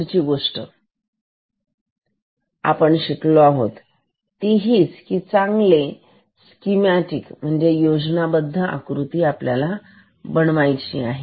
अजून पुढची गोष्ट शिकलो आहोत कि चांगले स्कीमॅटिक म्हणजे योजनाबद्ध कसे बनवायचे